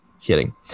Kidding